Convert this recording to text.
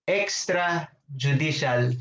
extrajudicial